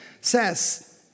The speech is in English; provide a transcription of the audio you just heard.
says